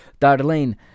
Darlene